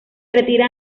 retira